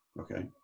Okay